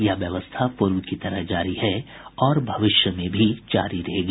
यह व्यवस्था पूर्व की तरह जारी है और भविष्य में भी जारी रहेगी